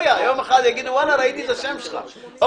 שירה,